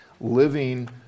living